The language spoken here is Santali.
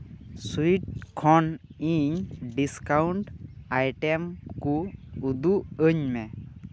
ᱥᱩᱭᱤᱴ ᱠᱷᱚᱱ ᱤᱧ ᱰᱤᱥᱠᱟᱣᱩᱱᱴ ᱟᱭᱴᱮᱢ ᱠᱚ ᱩᱫᱩᱜ ᱟᱹᱧ ᱢᱮ